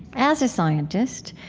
as a scientist,